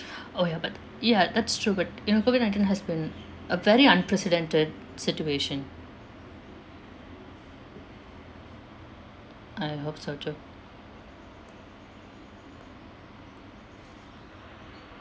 orh ya but ya that's true but you know COVID-nineteen has been a very unprecedented situation I hope so too